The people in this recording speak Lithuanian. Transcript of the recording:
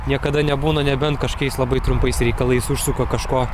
niekada nebūna nebent kažkokiais labai trumpais reikalais užsuka kažko